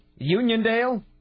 Uniondale